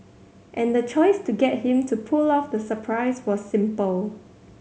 and the choice to get him to pull off the surprise was simple